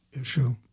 issue